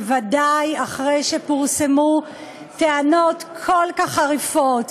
בוודאי אחרי שפורסמו טענות כל כך חריפות,